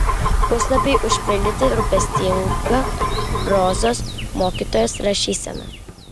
puslapiai užpildyti rūpestinga rozos mokytojos rašysena